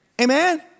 Amen